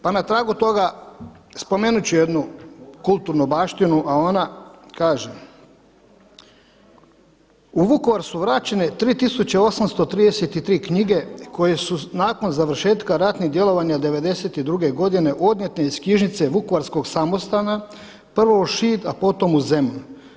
Pa na tragu toga spomenut ću jednu kulturnu baštinu a ona kaže: „U Vukovar su vraćene 3833 knjige koje su nakon završetka ratnih djelovanja '92. godine odnijete iz knjižnice Vukovarskog samostana prvo u Šid, potom u Zemun.